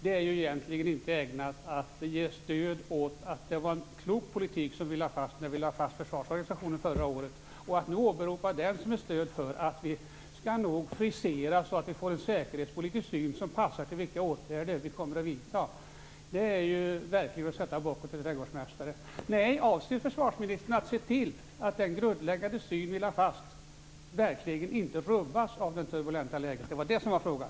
Det är ju egentligen inte ägnat att ge stöd åt att det var en klok politik som lades fast när vi lade fast försvarsorganisationen förra året. Att nu åberopa det som ett stöd för att vi nog skall frisera detta så att vi får en säkerhetspolitisk syn som passar till de åtgärder vi kommer att vidta är verkligen att sätta bocken till trädgårdsmästare. Avser försvarsministern att se till att den grundläggande syn vi lade fast verkligen inte rubbas av det turbulenta läget? Det var det som var frågan.